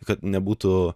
kad nebūtų